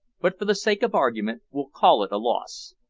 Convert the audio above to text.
but for the sake of argument we'll call it a loss.